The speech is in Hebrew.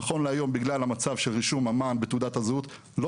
נכון להיום בגלל המצב של רישום המען בתעודת הזהות לא